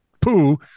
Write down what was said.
poo